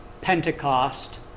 Pentecost